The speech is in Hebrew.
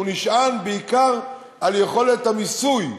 נשען בעיקר על יכולת המיסוי,